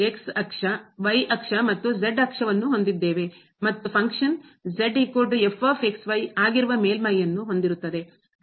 ಅಕ್ಷ ಆಕ್ಸಿಸ್ ಅಕ್ಷ ಮತ್ತು ಅಕ್ಷವನ್ನು ಹೊಂದಿದ್ದೇವೆ ಮತ್ತು ಫಂಕ್ಷನ್ ಕಾರ್ಯ ಆಗಿರುವ ಮೇಲ್ಮೈಯನ್ನು ಹೊಂದಿರುತ್ತದೆ